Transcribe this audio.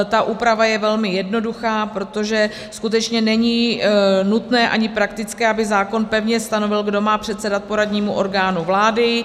Ta úprava je velmi jednoduchá, protože skutečně není nutné ani praktické, aby zákon pevně stanovil, kdo má předsedat poradnímu orgánu vlády.